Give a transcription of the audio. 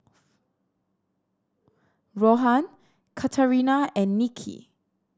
Rohan Katarina and Nicky